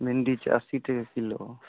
भिण्डी छै अस्सी टके किलो